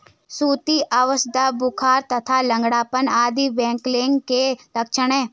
सुस्ती, अवसाद, बुखार तथा लंगड़ापन आदि ब्लैकलेग के लक्षण हैं